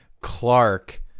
Clark